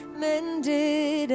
mended